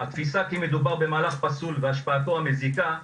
התפיסה כי מדובר במהלך פסול והשפעתו המזיקה,